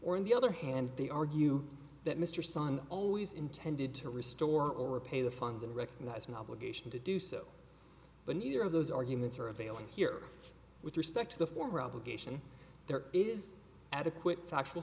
on the other hand they argue that mr sun always intended to restore or pay the fines and recognize my obligation to do so but neither of those arguments are available here with respect to the former obligation there is adequate factual